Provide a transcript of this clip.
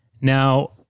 Now